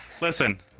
Listen